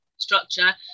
structure